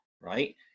right